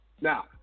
Now